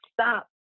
Stop